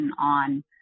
on